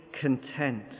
content